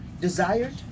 Desired